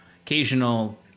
occasional